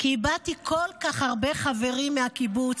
כי איבדתי כל כך הרבה חברים מהקיבוץ.